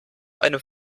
einem